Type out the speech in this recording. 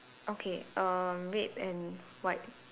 okay err red and white